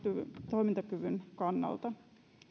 toimintakyvyn kannalta